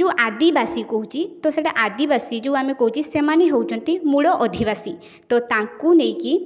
ଯେଉଁ ଆଦିବାସୀ କହୁଛି ତ ସେଇଟା ଆଦିବାସୀରୁ ଆମେ କହୁଛି ସେମାନେ ହେଉଛନ୍ତି ମୂଳ ଅଧିବାସୀ ତ ତାଙ୍କୁ ନେଇକି